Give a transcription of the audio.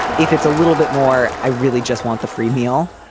if it's a little bit more, i really just want the free meal.